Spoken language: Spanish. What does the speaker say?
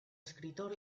escritor